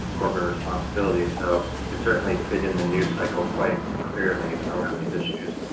corporate responsibility, so it certainly fit in the new cycle quite clearly around these issues.